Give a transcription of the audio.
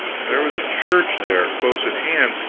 there was a church there close at hand,